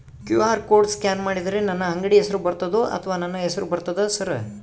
QR code scan ಮಾಡಿದರೆ ನನ್ನ ಅಂಗಡಿ ಹೆಸರು ಬರ್ತದೋ ಅಥವಾ ನನ್ನ ಹೆಸರು ಬರ್ತದ ಸರ್?